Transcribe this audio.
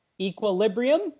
Equilibrium